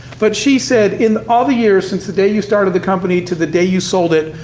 but she said, in all the years since the day you started the company to the day you sold it,